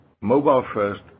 mobile-first